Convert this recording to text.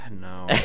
No